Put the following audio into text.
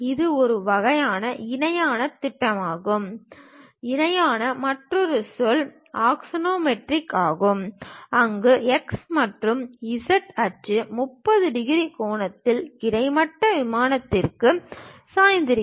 இது ஒரு வகை இணையான திட்டமாகும் இணையான மற்றொரு சொல் ஆக்சோனோமெட்ரிக் ஆகும் அங்கு x மற்றும் z அச்சு 30 டிகிரி கோணத்தில் கிடைமட்ட விமானத்திற்கு சாய்ந்திருக்கும்